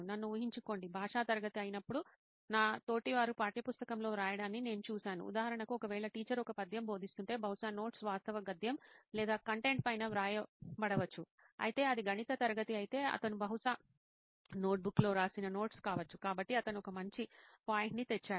నన్ను ఊహించుకోండి భాషా తరగతి అయినప్పుడు నా తోటివారు పాఠ్యపుస్తకంలో వ్రాయడాన్ని నేను చూశాను ఉదాహరణకు ఒకవేళ టీచర్ ఒక పద్యం బోధిస్తుంటే బహుశా నోట్స్ వాస్తవ గద్యం లేదా కంటెంట్ పైన వ్రాయబడవచ్చు అయితే అది గణిత తరగతి అయితే అతను బహుశా నోట్బుక్లో వ్రాసిన నోట్స్ కావచ్చు కాబట్టి అతను ఒక మంచి పాయింట్ని తెచ్చాడు